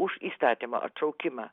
už įstatymo atšaukimą